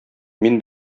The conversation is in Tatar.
мин